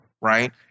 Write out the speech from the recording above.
right